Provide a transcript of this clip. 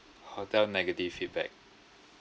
hotel negative feedback